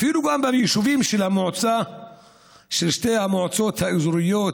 אפילו ביישובים של שתי המועצות האזוריות,